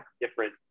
different